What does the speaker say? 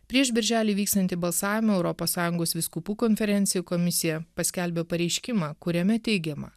prieš birželį vyksiantį balsavimą europos sąjungos vyskupų konferencijų komisija paskelbė pareiškimą kuriame teigiama